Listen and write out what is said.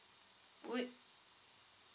which